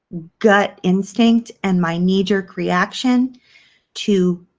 gut instinct and my knee-jerk reaction to